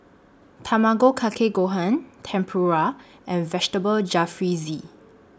Tamago Kake Gohan Tempura and Vegetable Jalfrezi